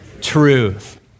truth